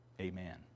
Amen